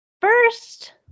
first